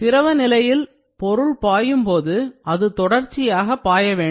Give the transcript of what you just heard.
திரவ நிலையில் பொருள் பாயும்போது அது தொடர்ச்சியாக வேண்டும்